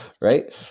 right